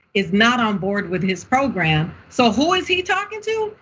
is not on board with his program. so who is he talking to?